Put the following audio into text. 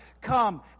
Come